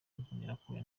imbonerakure